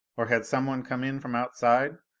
or had someone come in from outside?